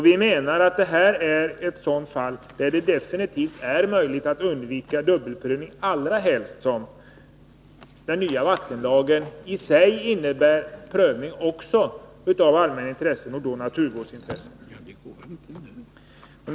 Vi menar att det här är ett fall där det definitivt är möjligt att undvika dubbelprövning, allra helst som den nya vattenlagen i sig innebär prövning av allmänna intressen och därmed också naturvårdsintressen.